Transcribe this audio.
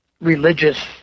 religious